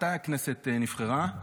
מתי הכנסת נבחרה?